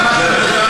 למה חרפה?